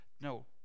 No